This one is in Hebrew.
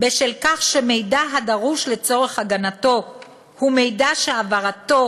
בשל כך שמידע הדרוש לצורך הגנתו הוא מידע שהעברתו